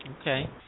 Okay